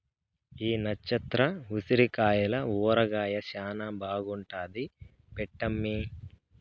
ఈ నచ్చత్ర ఉసిరికాయల ఊరగాయ శానా బాగుంటాది పెట్టమ్మీ